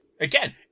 Again